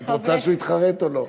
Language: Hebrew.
את רוצה שהוא יתחרט או לא?